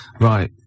Right